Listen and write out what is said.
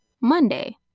Monday